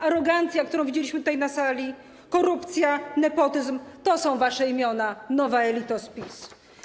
Arogancja, którą widzieliśmy tutaj na sali, korupcja, nepotyzm - to są wasze imiona, nowa elito z PiS.